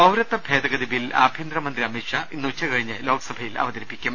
പൌരത്വ ഭേദഗതി ബിൽ ആഭ്യന്തരമന്ത്രി അമിത്ഷാ ഇന്ന് ഉച്ചക ഴിഞ്ഞ് ലോക്സഭയിൽ അവതരിപ്പിക്കും